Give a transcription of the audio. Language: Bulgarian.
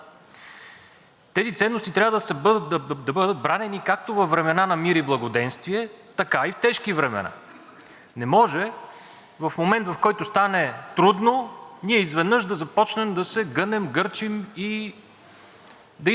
Не може в момент, в който стане трудно, ние изведнъж да започнем да се гънем, гърчим и да искаме само меда, а когато някой тръгне с жилото, да бягаме.